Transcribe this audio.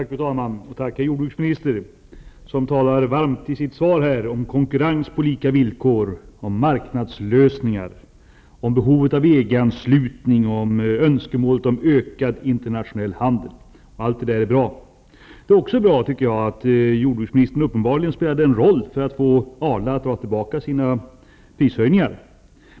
Fru talman! Jag vill tacka herr jordbruksministern, som i sitt svar talar varmt om konkurrens på lika villkor, om marknadslösningar, om behovet av EG anslutning och om önskemålet om ökad internationell handel. Allt detta är bra. Det är också bra att jordbruksministern uppenbarligen spelade en roll för att få Arla att ta tillbaka sina prishöjningar.